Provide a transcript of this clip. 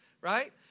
right